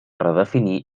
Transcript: redefinir